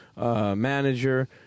manager